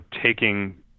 taking